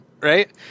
right